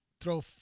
throw